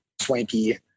swanky